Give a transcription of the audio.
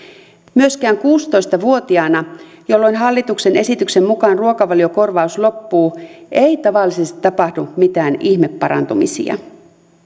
myöskään kuusitoista vuotiaana jolloin hallituksen esityksen mukaan ruokavaliokorvaus loppuu ei tavallisesti tapahdu mitään ihmeparantumisia